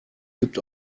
gibt